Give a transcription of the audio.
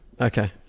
Okay